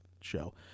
show